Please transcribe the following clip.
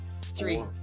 three